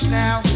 now